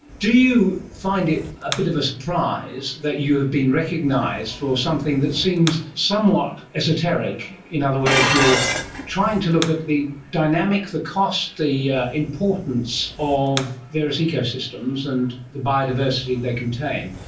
do you find it a bit of a surprise that you have been recognised for something that seems somewhat esoteric? in other words, you're trying to look at the dynamic, the cost, the importance of various ecosystems and the biodiversity they contain,